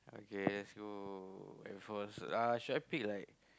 okay let's go Air Force uh should I pick like